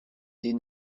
des